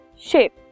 shape